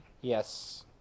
Yes